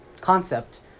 concept